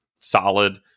Solid